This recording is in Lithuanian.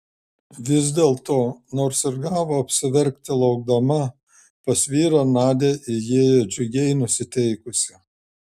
vis dėlto nors ir gavo apsiverkti laukdama pas vyrą nadia įėjo džiugiai nusiteikusi